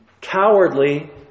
cowardly